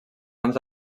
anys